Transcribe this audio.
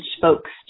folks